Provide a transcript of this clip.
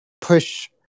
push